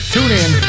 TuneIn